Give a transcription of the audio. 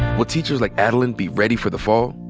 will teachers like adeline be ready for the fall?